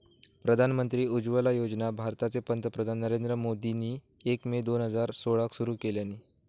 प्रधानमंत्री उज्ज्वला योजना भारताचे पंतप्रधान नरेंद्र मोदींनी एक मे दोन हजार सोळाक सुरू केल्यानी